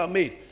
made